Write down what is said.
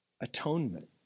Atonement